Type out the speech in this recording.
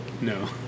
No